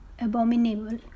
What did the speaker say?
abominable